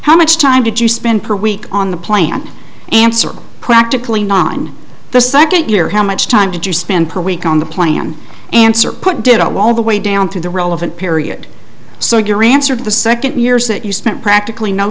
how much time did you spend per week on the plant answer practically non the second year how much time did you spend per week on the plan answer put did it all the way down to the relevant period so your answer of the second years that you spent practically no